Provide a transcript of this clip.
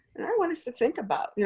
and i want us to think about. yeah